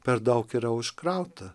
per daug yra užkrauta